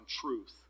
truth